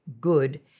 good